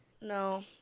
No